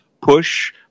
push